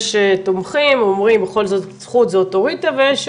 יש תומכים שאומרים בכל זאת זה אוטוריטה ויש